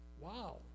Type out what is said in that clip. Wow